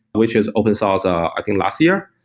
which is open source um i think last year,